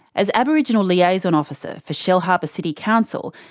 as aboriginal liaison officer for shellharbour city council,